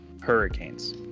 hurricanes